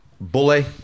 bully